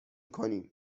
کنیم